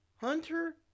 Hunter